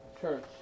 church